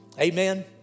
Amen